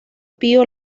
pío